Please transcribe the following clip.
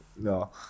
No